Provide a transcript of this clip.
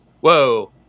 whoa